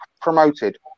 promoted